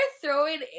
throwing